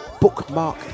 bookmark